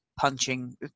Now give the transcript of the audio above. punching